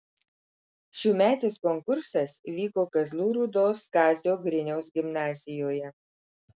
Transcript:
šiųmetis konkursas vyko kazlų rūdos kazio griniaus gimnazijoje